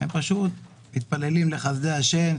הם פשוט מתפללים לחסדי השם,